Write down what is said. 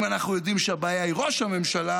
אם אנחנו יודעים שהבעיה היא ראש הממשלה,